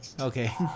Okay